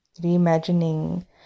reimagining